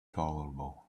tolerable